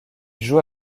joue